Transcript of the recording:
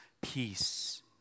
peace